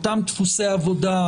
אותם דפוסי עבודה,